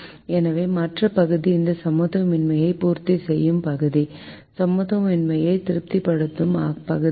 எனவே மற்ற பகுதி இந்த சமத்துவமின்மையை பூர்த்தி செய்யும் பகுதி சமத்துவமின்மையை திருப்திப்படுத்தும் பகுதி இது